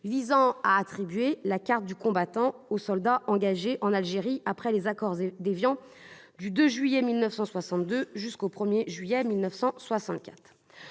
visant à attribuer la carte du combattant aux soldats engagés en Algérie après les accords d'Évian, du 2 juillet 1962 jusqu'au 1 juillet 1964.